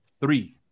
three